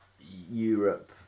Europe